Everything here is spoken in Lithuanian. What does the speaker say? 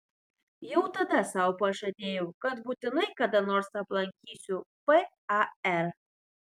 jau tada sau pažadėjau kad būtinai kada nors aplankysiu par